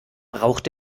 braucht